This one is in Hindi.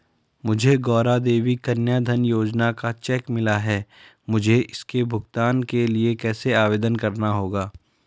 मुझे गौरा देवी कन्या धन योजना का चेक मिला है मुझे इसके भुगतान के लिए कैसे आवेदन करना होगा?